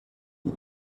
die